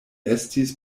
estis